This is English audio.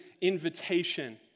invitation